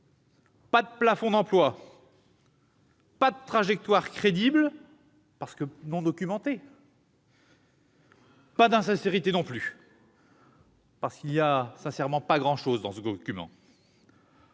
pas de plafond d'emplois, pas de trajectoire crédible, non documenté. Pas d'insincérité non plus, parce qu'il n'y a pas grand-chose dans ce document